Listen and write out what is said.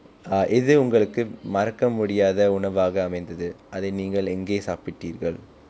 err எது உங்களுக்கு மறக்க முடியாத உணவாக அமைந்தது அதை நீங்க எங்கை சாப்பிட்டிங்கள்:ethu ungalukku marakka mudiyaatha unavaaka amanthathu athai ninga engai sappittingal